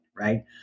Right